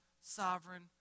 sovereign